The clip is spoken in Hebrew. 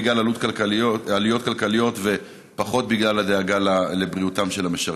בגלל עלויות כלכליות ופחות בגלל הדאגה לבריאותם של המשרתים?